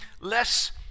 less